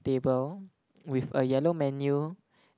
table with a yellow menu